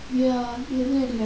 ya